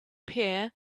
pear